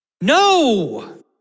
No